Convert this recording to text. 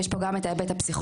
יש פה גם את ההיבט הפסיכולוגי,